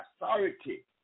authority